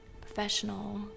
professional